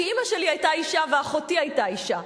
כי אמא שלי היתה אשה ואחותי היתה אשה.